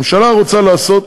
הממשלה רוצה לעשות,